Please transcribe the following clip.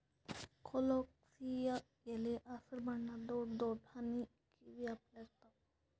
colocasia ಎಲಿ ಹಸ್ರ್ ಬಣ್ಣದ್ ದೊಡ್ಡ್ ದೊಡ್ಡ್ ಆನಿ ಕಿವಿ ಅಪ್ಲೆ ಇರ್ತವ್